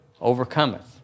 Overcometh